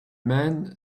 man